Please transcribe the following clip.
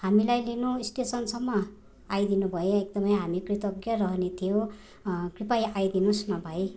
हामीलाई लिनु स्टेसनसम्म आइदिनु भए एकदमै हामी कृतज्ञ रहने थियौँ कृपया आइदिनु होस् न भाइ